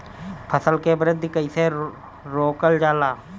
फसल के वृद्धि कइसे रोकल जाला?